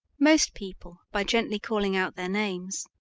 most people by gently calling out their names.